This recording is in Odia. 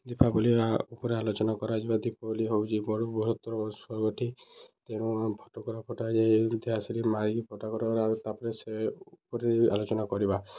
ଦୀପାବଳି ଉପରେ ଆଲୋଚନା କରାଯିବା ଦୀପାବଳି ହଉଚି ବଡ଼ ବୃହତର ପର୍ବଟେ ତେଣୁ ଫଟକା ଫଟାଯାଏ ତା'ପରେ ସେ ଉପରେ ଆଲୋଚନା କରିବା